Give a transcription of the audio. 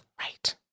Right